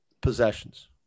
possessions